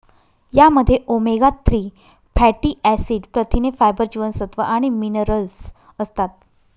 यामध्ये omega three fatty acid, प्रथिने, fibre, जीवनसत्व आणि मिनरल्स असतात